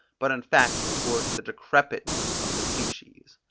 but in fact towards the decrepitness of the species.